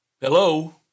Hello